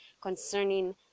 concerning